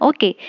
Okay